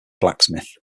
blacksmith